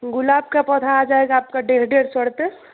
गुलाब का पौधा आ जाएगा आपका डेढ़ डेढ़ सौ रुपये